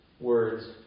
words